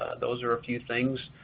those are a few things,